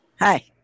Hi